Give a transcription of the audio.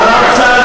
אל תגיד לא להכניס.